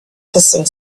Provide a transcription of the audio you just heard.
hissing